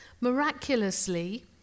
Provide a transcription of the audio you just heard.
Miraculously